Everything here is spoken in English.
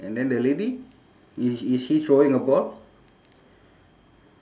and then the lady is is she throwing a ball